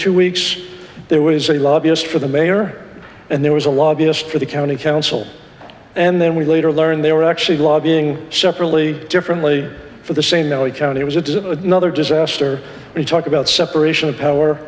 two weeks there was a lobbyist for the mayor and there was a lobbyist for the county council and then we later learned they were actually lobbying separately differently for the same only county it was it to another disaster we talk about separation of power